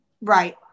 Right